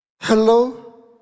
Hello